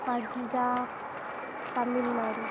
Punjab Tamil Nadu